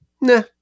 nah